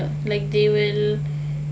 like they will